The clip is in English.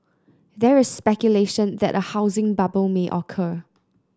there is speculation that a housing bubble may occur